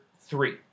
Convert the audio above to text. Three